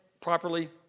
properly